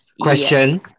Question